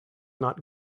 not